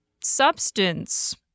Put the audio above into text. substance